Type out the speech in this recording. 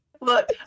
look